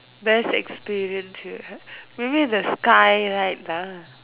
best experience you had maybe the sky light lah